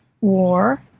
war